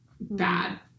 bad